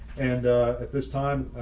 and at this time,